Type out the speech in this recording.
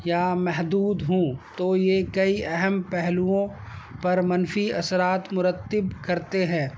یا محدود ہوں تو یہ کئی اہم پہلوؤں پر منفی اثرات مرتب کرتے ہیں